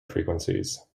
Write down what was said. frequencies